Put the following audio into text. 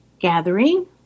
gathering